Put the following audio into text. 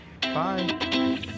Bye